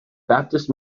baptist